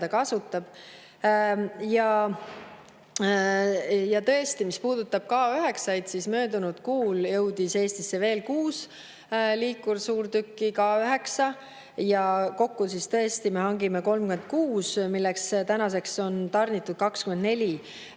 kasutab. Tõesti, mis puudutab K9‑id, siis möödunud kuul jõudis Eestisse veel 6 liikursuurtükki K9 ja kokku me hangime neid 36, millest tänaseks on tarnitud 24.